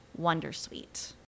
wondersuite